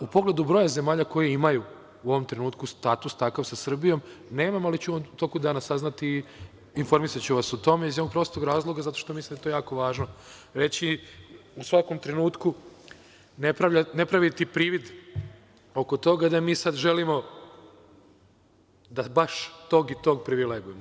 U pogledu broja zemalja koje imaju u ovom trenutku status takav sa Srbijom, nemam taj podatak, ali ću u toku dana saznati i informisaću vas o tome, iz jednog prostog razloga, zato što mislim da je to jako važno reći u svakom trenutku, ne praviti privid oko toga da mi sad želimo da baš tog i tog privilegujemo.